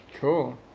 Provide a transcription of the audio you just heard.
cool